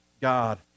God